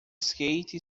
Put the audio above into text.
skate